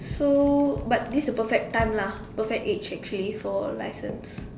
so but this the perfect time lah perfect age actually for license